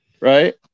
right